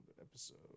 episode